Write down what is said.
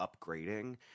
upgrading